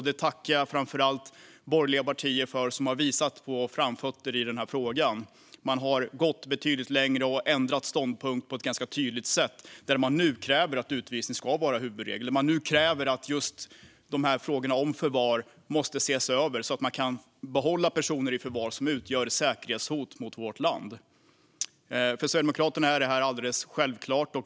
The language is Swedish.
Det tackar jag framför allt de borgerliga partier för som har visat framfötterna i den här frågan. Man har gått betydligt längre och ändrat ståndpunkt på ett ganska tydligt sätt. Nu kräver man att utvisning ska vara huvudregel. Nu kräver man att frågorna om förvar måste ses över så att vi kan behålla personer i förvar som utgör säkerhetshot mot vårt land. För Sverigedemokraterna är det här alldeles självklart.